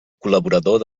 col·laborador